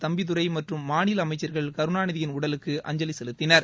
தம்பிதுரை மாநில அமைச்சர்கள் கருணாநிதியின் உடலுக்கு அஞ்சலி செலுத்தினர்